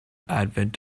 advent